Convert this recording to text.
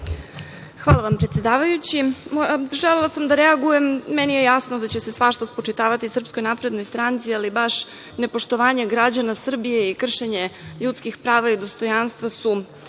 Hvala vam, predsedavajući. Želela sam da reagujem. Meni je jasno da će se svašta spočitavati SNS, ali baš nepoštovanje građana Srbije i kršenje ljudskih prava i dostojanstva su